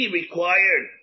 required